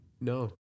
No